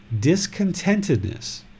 Discontentedness